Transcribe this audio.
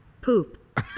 Poop